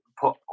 put